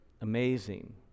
amazing